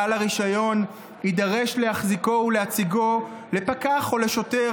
בעל הרישיון יידרש להחזיקו ולהציגו לפקח או לשוטר